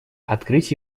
открыть